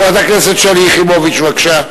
חברת הכנסת שלי יחימוביץ, בבקשה.